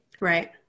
Right